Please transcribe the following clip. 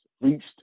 reached